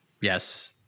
Yes